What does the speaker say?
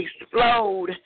explode